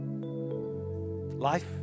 Life